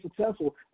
successful